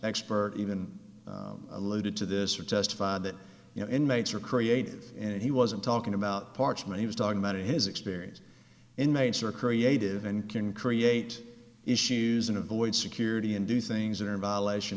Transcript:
expert even alluded to this or testified that you know inmates are creative and he wasn't talking about parchment he was talking about in his experience inmates are creative and can create issues and avoid security and do things that are in violation